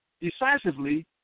decisively